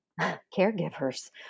caregivers